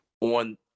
on